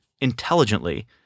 intelligently